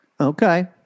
okay